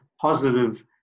positive